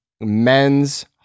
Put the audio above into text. men's